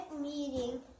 meeting